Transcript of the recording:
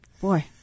Boy